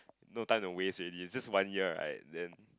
no time to waste already it's just one year right then